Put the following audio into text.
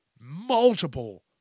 Multiple